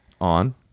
On